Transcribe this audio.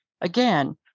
again